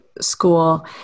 school